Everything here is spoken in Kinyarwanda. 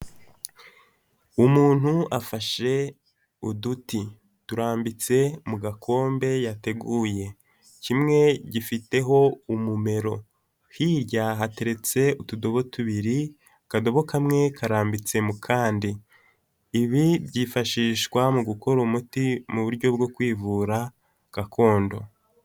Umuntu afashe uduti. Turambitse mu gakombe yateguye. Kimwe gifiteho umumero. Hirya hateretse utudobo tubiri, akadobo kamwe karambitse mu kandi. Ibi byifashishwa mu gukora umuti mu buryo bwo kwivura gakondo.